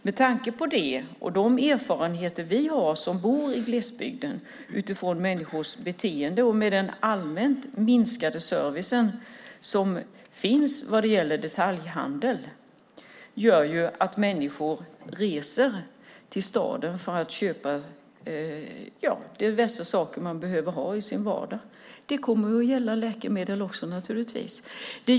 Med de erfarenheter vi har i glesbygden av människors beteende och den allmänt minskade service som finns när det gäller detaljhandel innebär detta att människor reser till staden för att köpa diverse saker de behöver i sin vardag. Det kommer att gälla läkemedel också, naturligtvis.